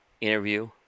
interview